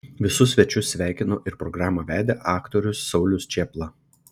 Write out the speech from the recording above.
visus svečius sveikino ir programą vedė aktorius saulius čėpla